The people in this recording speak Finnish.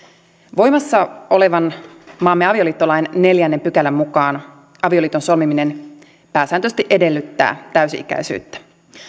voimassa olevan maamme avioliittolain neljännen pykälän mukaan avioliiton solmiminen pääsääntöisesti edellyttää täysi ikäisyyttä